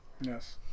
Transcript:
yes